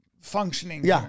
functioning-